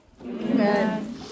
Amen